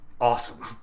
Awesome